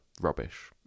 rubbish